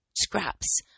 scraps